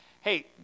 hey